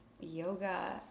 yoga